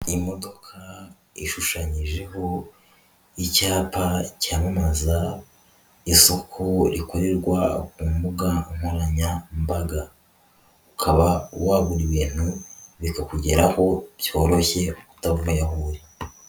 Iyi modoka ishushanyijeho icyapa cyamamaza isoko rikorerwa ku mbuga nkoranyambaga, ukaba wagura ibintu bikakugeraho byoroshye utavuye aho uri.